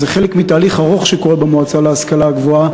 חלק מתהליך ארוך שקורה במועצה להשכלה גבוהה,